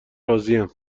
راضیم